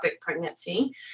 pregnancy